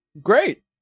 great